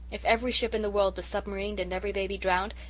if every ship in the world was submarined and every baby drowned,